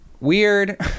weird